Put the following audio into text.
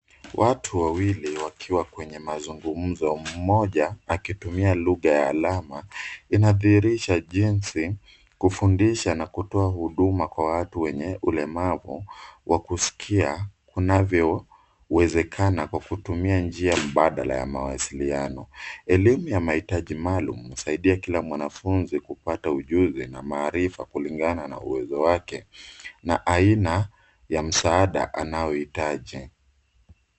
Watu wawili wakiwa kwenye mazungumzo mmoja akitumia lugha ya alama inadhihirisha jinsi kufundisha na kutoa huduma kwa watu wenye ulemavu wa kusikia unavyowezekana kwa kutumia njia mbadala ya mawasiliano. Elimu ya mahitaji maalum husaidia kila mwanafunzi kupata ujuzi na maarifa kulingana na uwezo wake na aina ya msaada anaohitaji.